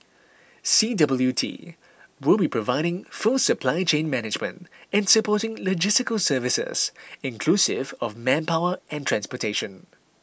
C W T will be providing full supply chain management and supporting logistical services inclusive of manpower and transportation